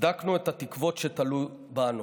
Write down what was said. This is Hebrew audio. "הצדקנו את התקוות שתלו בנו".